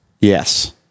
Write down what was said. Yes